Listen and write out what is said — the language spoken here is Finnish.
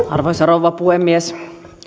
arvoisa rouva puhemies